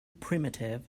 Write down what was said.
primitive